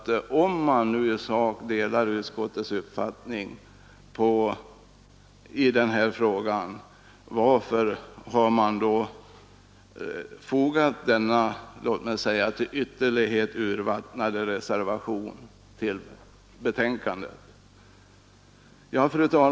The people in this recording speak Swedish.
Om det verkligen är fallet, varför har man då fogat denna till ytterlighet urvattnade reservation vid betänkandet?